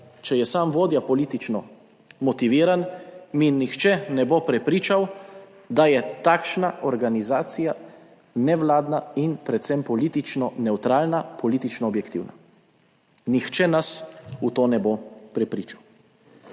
če je sam vodja politično motiviran in nihče ne bo prepričal, da je takšna organizacija nevladna in predvsem politično nevtralna, politično objektivna. Nihče nas v to ne bo prepričal.